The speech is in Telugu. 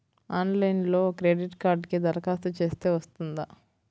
ఆన్లైన్లో క్రెడిట్ కార్డ్కి దరఖాస్తు చేస్తే వస్తుందా?